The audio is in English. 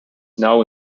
now